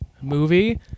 movie